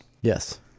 yes